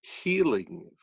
healing